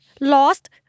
lost